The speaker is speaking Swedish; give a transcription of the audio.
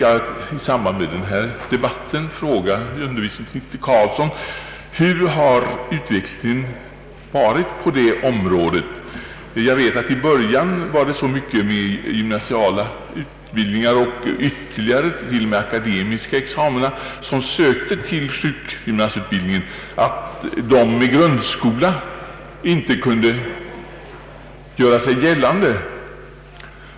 Jag vill nu fråga undervisningsminister Ingvar Carlsson hur utvecklingen har varit på detta område. Jag vet att det de första åren efter 1964 års riksdagsbeslut var så många med gymnasial utbildning och även akademiska examina som sökte till sjukgymnastutbildning att sökande med enbart grundskola inte kunde göra sig gällande.